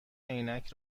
عینک